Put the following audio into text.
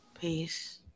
Peace